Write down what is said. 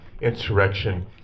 insurrection